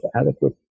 adequate